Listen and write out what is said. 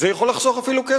זה אפילו יכול לחסוך כסף.